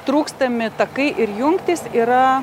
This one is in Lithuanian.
trūkstami takai ir jungtys yra